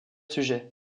sujets